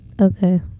Okay